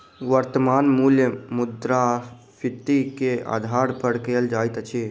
वर्त्तमान मूल्य मुद्रास्फीति के आधार पर कयल जाइत अछि